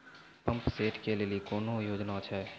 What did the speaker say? Pump set केलेली कोनो योजना छ?